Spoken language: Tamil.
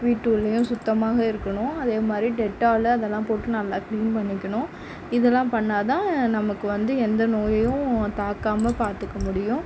வீட்டு உள்ளேயும் சுத்தமாக இருக்கணும் அதே மாரி டெட்டாலு அதெல்லாம் போட்டு நல்லா க்ளீன் பண்ணிக்கணும் இதெல்லாம் பண்ணா தான் நமக்கு வந்து எந்த நோயும் தாக்காமல் பார்த்துக்க முடியும்